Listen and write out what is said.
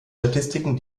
statistiken